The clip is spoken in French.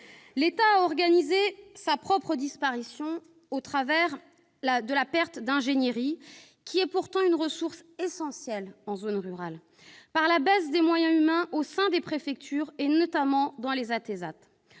L'État a organisé sa propre disparition à travers la perte d'ingénierie, qui est pourtant une ressource essentielle en zone rurale, en diminuant les moyens humains au sein des préfectures, notamment dans les dispositifs